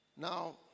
Now